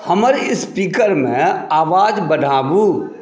हमर स्पीकरमे आवाज बढ़ाबू